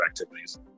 activities